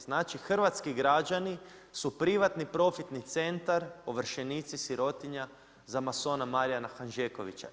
Znači Hrvatski građani su privatni profitni centar, ovršenici, sirotinja, za masona Marijana Hanžekovića.